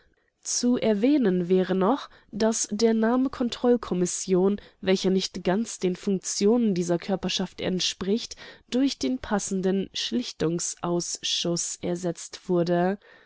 zu erwähnen wäre noch daß der name kontrollkommission welcher nicht ganz den funktionen dieser körperschaft entspricht durch den passenden schlichtungsausschuß ersetzt wurde